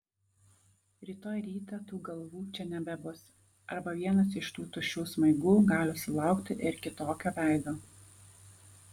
rytoj rytą tų galvų čia nebebus arba vienas iš tų tuščių smaigų gali sulaukti ir kitokio veido